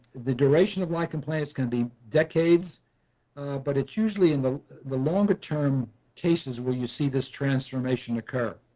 the duration of lichen planus can be decades but it's usually in the the longer-term cases where you see this transformation occur.